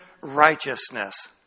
righteousness